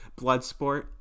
Bloodsport